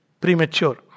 Premature